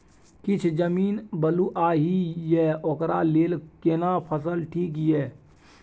किछ जमीन बलुआही ये ओकरा लेल केना फसल ठीक ये?